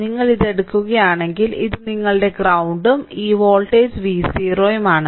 നിങ്ങൾ ഇത് എടുക്കുകയാണെങ്കിൽ ഇത് നിങ്ങളുടെ ഗ്രൌണ്ടും ഈ വോൾട്ടേജ് V0 ഉം ആണ്